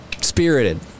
spirited